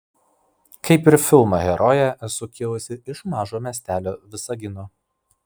kaip ir filmo herojė esu kilusi iš mažo miestelio visagino